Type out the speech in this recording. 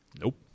nope